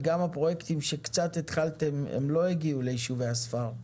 וגם הפרויקטים שקצת התחלתם לא הגיעו ליישובי הספר.